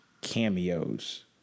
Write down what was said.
cameos